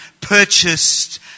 purchased